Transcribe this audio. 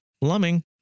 plumbing